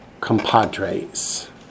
compadres